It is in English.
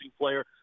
player